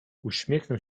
uśmiechnął